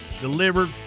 delivered